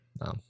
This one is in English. no